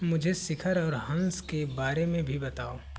मुझे शिखर और हंस के बारे में भी बताओ